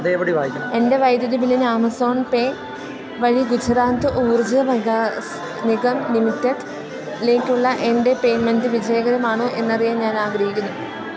എൻ്റെ വൈദ്യുതി ബില്ലിന് ആമസോൺ പേ വഴി ഗുജറാത്ത് ഊർജ വികാസ് നിഗം ലിമിറ്റഡ്ലേക്കുള്ള എൻ്റെ പേയ്മെൻ്റ് വിജയകരമാണ് എന്നറിയാൻ ഞാൻ ആഗ്രഹിക്കുന്നു